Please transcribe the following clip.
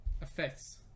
Effects